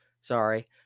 Sorry